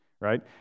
right